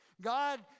God